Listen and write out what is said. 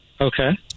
Okay